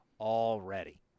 already